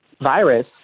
virus